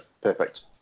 perfect